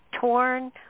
torn